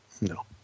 No